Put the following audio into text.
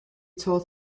told